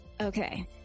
Okay